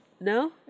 No